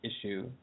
issue